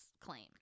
claim